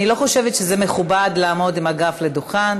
אני לא חושבת שזה מכובד לעמוד עם הגב לדוכן.